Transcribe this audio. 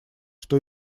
что